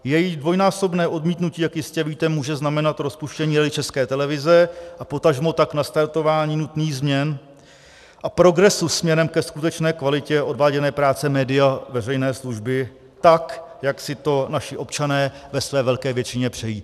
Její dvojnásobné odmítnutí, jak jistě víte, může znamenat rozpuštění Rady České televize a potažmo tak nastartování nutných změn a progresu směrem ke skutečné kvalitě odváděné práce média veřejné služby tak, jak si to naši občané ve své velké většině přejí.